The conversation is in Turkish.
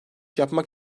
yapmak